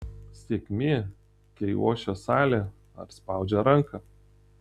sėkmė kai ošia salė ar spaudžia ranką